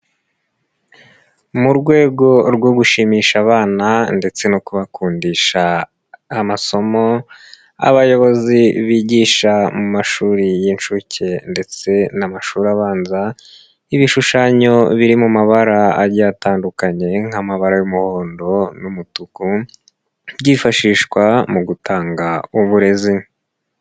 Mu rwego rwo gushimisha abana ndetse no kubakundisha amasomo, abayobozi bigisha mu mashuri y'inshuke ndetse n'amashuri abanza, ibishushanyo biri mu mabara atandukanye nk'amabara y'umuhondo n'umutuku, byifashishwa mu gutanga uburezi.